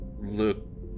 look